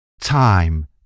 Time